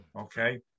Okay